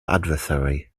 adversary